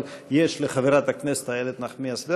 אבל יש לחברת הכנסת איילת נחמיאס ורבין,